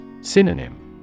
Synonym